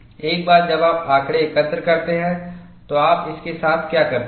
एक बार जब आप आंकड़े एकत्र करते हैं तो आप इसके साथ क्या करते हैं